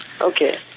Okay